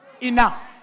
Enough